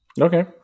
Okay